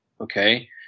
okay